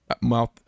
mouth